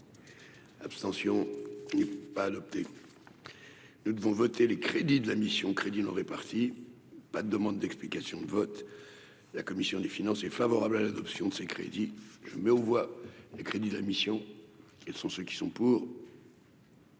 Abstention pas adopté, nous devons voter les crédits de la mission Crédits non répartis pas de demandes d'explications de vote, la commission des finances, est favorable à l'adoption de ces crédits, je mets aux voix les crédits de la mission, ils sont ceux qui sont pour.